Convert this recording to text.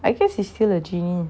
I guess he's still a genie